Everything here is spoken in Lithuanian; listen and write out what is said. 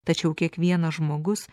tačiau kiekvienas žmogus